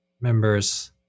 members